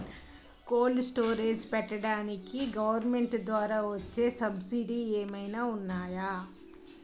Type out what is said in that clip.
Cold storage పెట్టుకోడానికి government ద్వారా వచ్చే సబ్సిడీ ఏమైనా ఉన్నాయా?